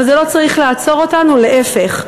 אבל זה לא צריך לעצור אותנו, להפך.